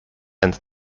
and